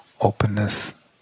openness